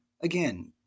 Again